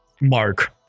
Mark